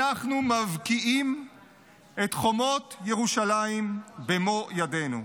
אנחנו מבקיעים את חומות ירושלים במו ידינו.